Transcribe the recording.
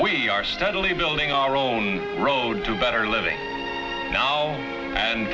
we are steadily building our own road to better living now and